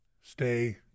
Stay